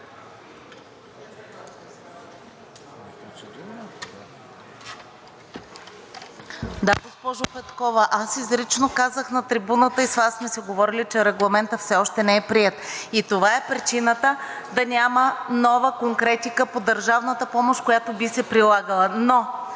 Да, госпожо Петкова, аз изрично казах от трибуната и с Вас сме си говорили, че регламентът все още не е приет. Това е причината да няма нова конкретика по държавната помощ, която би се прилагала. Но